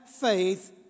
faith